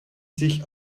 sich